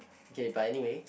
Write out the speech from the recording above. okay but anyway